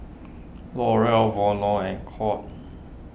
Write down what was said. L'Oreal Vono and Courts